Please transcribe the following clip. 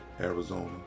Arizona